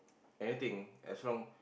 anything as long